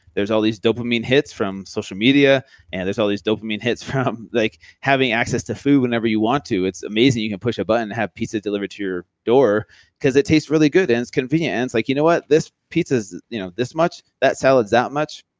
there's all these dopamine hits from social media and there's all these dopamine hits from like having access to food whenever you want to. it's amazing. you can push a button and have pizza delivered to your door because it tastes really good and it's convenient. and it's like, you know what, this pizza's you know this much, that salad's that much.